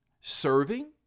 Serving